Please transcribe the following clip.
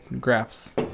graphs